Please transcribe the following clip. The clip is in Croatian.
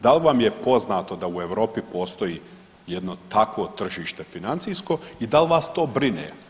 Dal vam je poznato da u Europi postoji jedno takvo tržište financijsko i dal vas to brine?